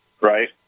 right